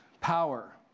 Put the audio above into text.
power